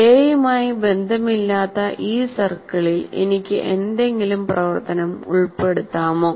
A യുമായി ബന്ധമില്ലാത്ത ഈ സർക്കിളിൽ എനിക്ക് എന്തെങ്കിലും പ്രവർത്തനം ഉൾപ്പെടുത്താമോ